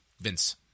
Vince